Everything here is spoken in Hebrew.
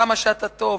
כמה שאתה טוב,